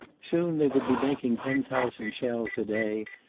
soon they would be making ten thousand shells a day.